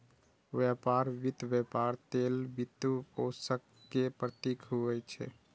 व्यापार वित्त व्यापार लेल वित्तपोषण के प्रतीक होइ छै